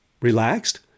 Relaxed